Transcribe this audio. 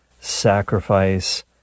sacrifice